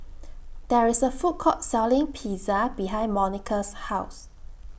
There IS A Food Court Selling Pizza behind Monica's House